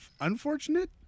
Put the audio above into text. unfortunate